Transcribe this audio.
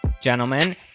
Gentlemen